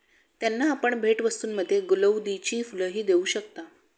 त्यांना आपण भेटवस्तूंमध्ये गुलौदीची फुलंही देऊ शकता